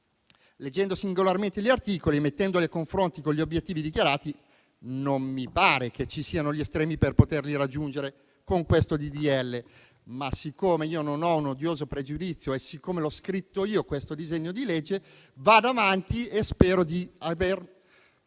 leggendo singolarmente gli articoli, mettendoli e confronto con gli obiettivi dichiarati, non mi pare che ci siano gli estremi per poterli raggiungere con questo disegno di legge. Ma siccome io non ho un odioso pregiudizio e siccome l'ho scritto io questo disegno di legge, vado avanti e spero di aver chiarito